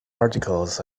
articles